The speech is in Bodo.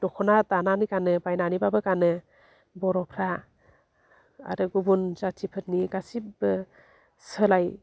दख'ना दानानै गानो बायनानैबाबो गानो बर'फ्रा आरो गुबुन जाथिफोरनि गासिबबो सोलाय